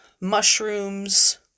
mushrooms